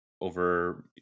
over